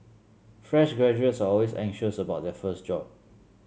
fresh graduates are always anxious about their first job